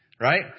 right